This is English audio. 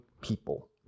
people